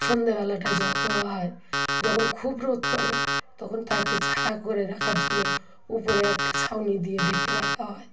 সন্ধেবেলাটা জল দেওয়া হয় যখন খুব রোদ পড়ে তখন তাকে ছায়া করে রাখার জন্য উপরে একটা ছাউনি দিয়ে ঢেকে রাখা হয়